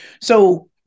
So-